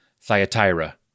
Thyatira